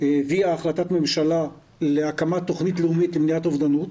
הביאה החלטת ממשלה להקמת תכנית לאומית למניעת אובדנות,